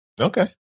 Okay